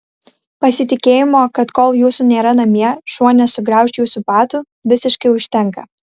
pasitikėjimo kad kol jūsų nėra namie šuo nesugrauš jūsų batų visiškai užtenka